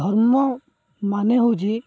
ଧର୍ମ ମାନେ ହେଉଛି